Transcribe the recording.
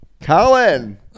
colin